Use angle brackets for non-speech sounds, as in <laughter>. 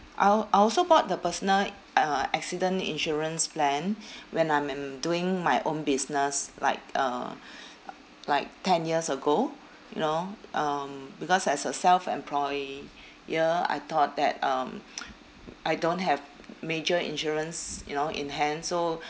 I al~ I also bought the personal uh accident insurance plan <breath> when I'm am doing my own business like uh <breath> like ten years ago you know um because as a self employee ~yer I thought that um <noise> I don't have major insurance you know in hand so